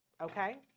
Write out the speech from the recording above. okay